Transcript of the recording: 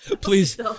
Please